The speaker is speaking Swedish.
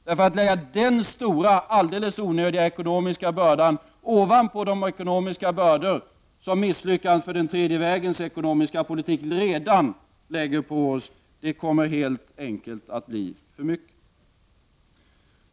Lägger man den stora och helt onödiga ekonomiska bördan ovanpå de ekonomiska bördor som misslyckandet med den tredje vägens ekonomiska politik redan lägger på oss, kommer det helt enkelt att bli för mycket.